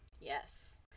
Yes